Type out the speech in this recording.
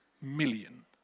million